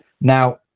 now